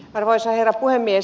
arvoisa herra puhemies